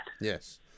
Yes